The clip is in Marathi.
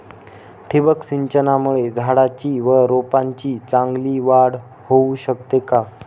ठिबक सिंचनामुळे झाडाची व रोपांची चांगली वाढ होऊ शकते का?